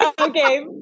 Okay